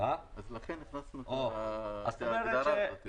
לכן הכנסנו את ההגדרה הזאת.